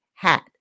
hat